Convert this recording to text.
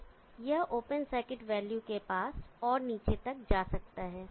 तो यह open circuit value के पास और नीचे तक जा सकता है